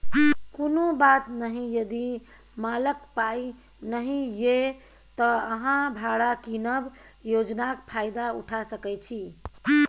कुनु बात नहि यदि मालक पाइ नहि यै त अहाँ भाड़ा कीनब योजनाक फायदा उठा सकै छी